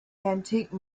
antique